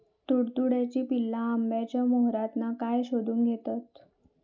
तुडतुड्याची पिल्ला आंब्याच्या मोहरातना काय शोशून घेतत?